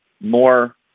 more